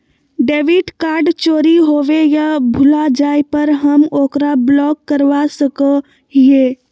debit card चोरी होवे या भुला जाय पर हम ओकरा ब्लॉक करवा सको हियै